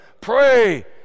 Pray